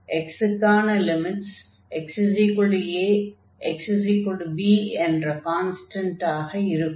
x க்கான limits x a xb என்று constant ஆக இருக்கும்